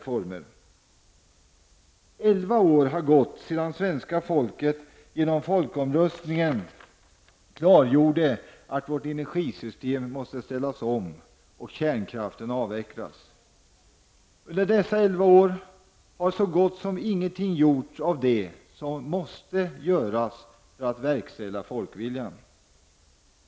Det har gått elva år sedan svenska folket genom folkomröstningen klargjorde att vårt energisystem måste ställas om och att kärnkraften måste avvecklas. Under dessa elva år har så gott som ingenting gjorts av det som måste göras för att tillmötesgå folkviljan.